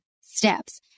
steps